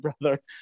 brother